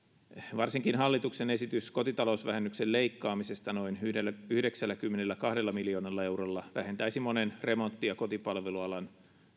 varsinkin hallituksen esitys kotitalousvähennyksen leikkaamisesta noin yhdeksälläkymmenelläkahdella miljoonalla eurolla vähentäisi monen remontti ja kotipalvelualan